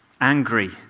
Angry